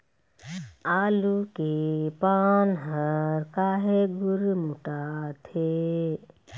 आलू के पान हर काहे गुरमुटाथे?